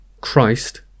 Christ